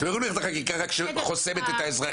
לא יכולים רק ללכת לחקיקה שחוסמת את האזרחים,